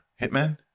Hitman